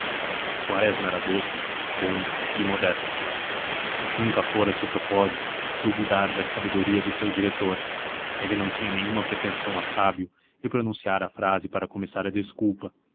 quaresma era doce bom e modesto nunca fora seu propósito duvidar da sabedoria do seu diretor ele não tinha nenhuma pretensão a sábio e pronunciara a frase para começar a desculpa